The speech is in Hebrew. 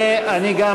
ואני גם,